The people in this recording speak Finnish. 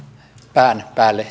pään päälle